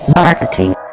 marketing